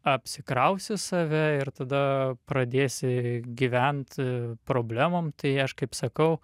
apsikrausi save ir tada pradėsi gyvent problemom tai aš kaip sakau